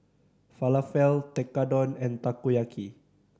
Falafel Tekkadon and Takoyaki